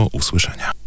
usłyszenia